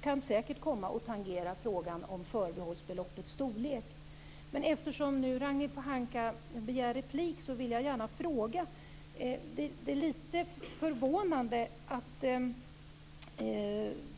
kan säkert komma att tangera frågan om förbehållsbeloppets storlek. Eftersom Ragnhild Pohanka nu begär replik vill jag ställa en fråga till henne om något som är litet förvånande.